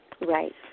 Right